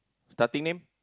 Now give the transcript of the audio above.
starting name